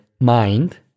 mind